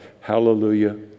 Hallelujah